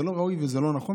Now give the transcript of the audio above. זה לא ראוי וזה לא נכון,